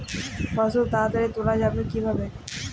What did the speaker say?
ফসল তাড়াতাড়ি তোলা যাবে কিভাবে?